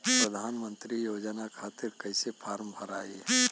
प्रधानमंत्री योजना खातिर कैसे फार्म भराई?